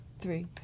three